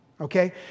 okay